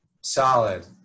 Solid